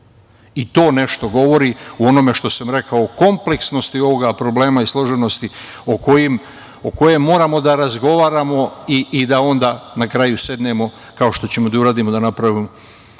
i to nešto govori o onome što sam rekao – kompleksnosti ovog problema i složenosti o kojem moramo da razgovaramo i da onda na kraju sednemo kao što ćemo da uradimo, da napravimo